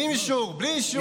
עם אישור, בלי אישור.